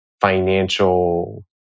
financial